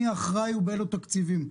מי אחראי ובאילו תקציבים?